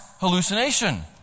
hallucination